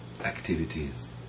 activities